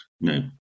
no